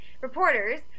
reporters